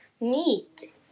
meat